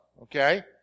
okay